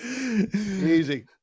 easy